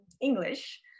English